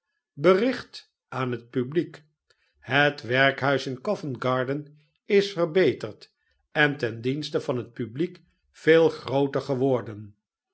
bericht aan het publiek het werkhuis in covent-garden is verbeterd en ten dienste van het publiek veel grooter geworden